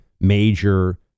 major